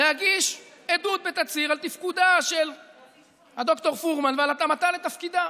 להגיש עדות בתצהיר על תפקודה של ד"ר פורמן ועל התאמתה לתפקידה.